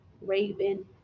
Raven